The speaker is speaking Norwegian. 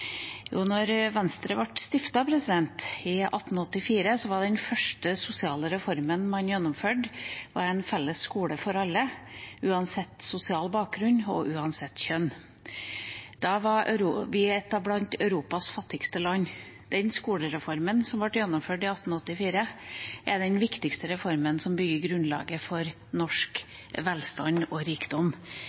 Jo, da Venstre ble stiftet i 1884, var den første sosiale reformen man gjennomførte, en felles skole for alle, uansett sosial bakgrunn og uansett kjønn. Da var vi blant Europas fattigste land. Den skolereformen som ble gjennomført i 1884, er den viktigste reformen som bygger grunnlaget for norsk velstand og rikdom.